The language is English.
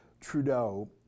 Trudeau